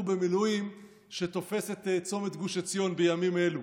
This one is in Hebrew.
במילואים שתופס את צומת גוש עציון בימים אלו,